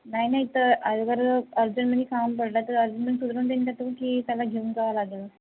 नाही नाही तर अगोदर अर्जंटमध्ये कामं पडलं तर अर्जंटमध्ये सुधारून देईल का तो की त्याला घेऊन जावं लागेल